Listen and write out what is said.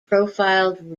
profiled